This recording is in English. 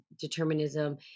determinism